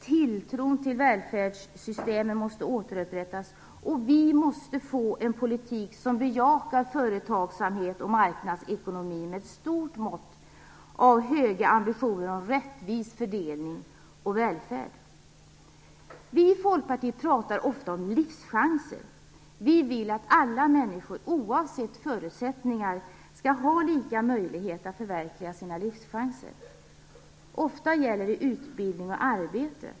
Tilltron till välfärdssystemet måste återupprättas, och vi måste få en politik som bejakar företagsamhet och marknadsekonomi med ett stort mått av stora ambitioner om rättvis fördelning och välfärd. Vi i Folkpartiet pratar ofta om livschanser. Vi vill att alla människor oavsett förutsättningar skall ha samma möjlighet att förverkliga sina livschanser. Ofta gäller det utbildning och arbete.